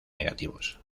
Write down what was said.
negativos